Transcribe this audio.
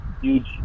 huge